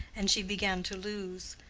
and she began to lose.